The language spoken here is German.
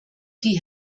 die